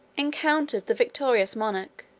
encountered the victorious monarch,